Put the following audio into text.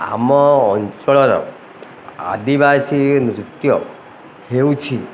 ଆମ ଅଞ୍ଚଳର ଆଦିବାସୀ ନୃତ୍ୟ ହେଉଛି